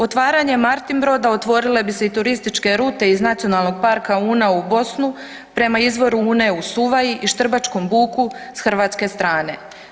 Otvaranjem Martin Broda otvorile bi se i turističke rute iz Nacionalnog parka Una u Bosnu, prema izvoru Une u Suvaji i Štrbačkom buku s hrvatske strane.